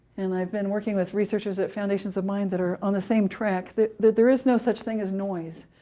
and i've been working with researchers at foundations of mind who are on the same track, that that there is no such thing as noise.